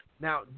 Now